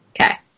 Okay